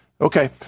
Okay